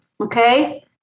okay